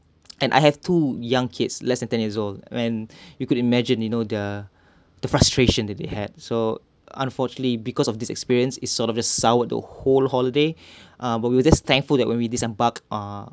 and I have two young kids less than ten years old and you could imagine you know their the frustration that they had so unfortunately because of this experience is sort of the sour the whole holiday ah but we were just thankful that when we disembarked ah